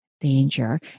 danger